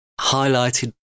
highlighted